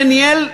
שניהל שנים,